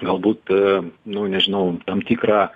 galbūt nu nežinau tam tikrą